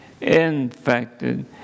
infected